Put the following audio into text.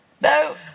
No